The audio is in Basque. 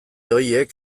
horiek